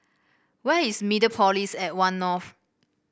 where is Mediapolis at One North